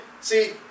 see